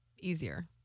easier